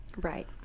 Right